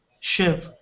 Shiv